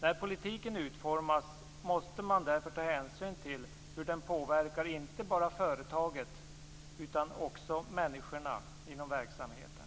När politiken utformas måste man därför ta hänsyn till hur den påverkar inte bara företaget utan också människorna inom verksamheten.